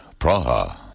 Praha